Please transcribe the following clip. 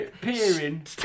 peering